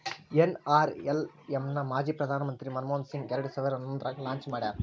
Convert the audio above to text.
NRLM ನ ಮಾಜಿ ಪ್ರಧಾನ್ ಮಂತ್ರಿ ಮನಮೋಹನ್ ಸಿಂಗ್ ಎರಡ್ ಸಾವಿರ ಹನ್ನೊಂದ್ರಾಗ ಲಾಂಚ್ ಮಾಡ್ಯಾರ